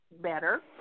better